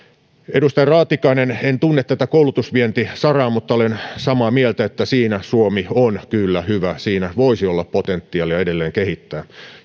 edustaja raatikainen en tunne tätä koulutusvientisarkaa mutta olen samaa mieltä että siinä suomi on kyllä hyvä siinä voisi olla potentiaalia edelleen kehittää